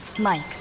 Mike